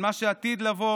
על מה שעתיד לבוא